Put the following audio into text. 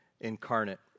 incarnate